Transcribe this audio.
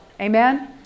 Amen